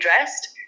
addressed